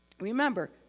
Remember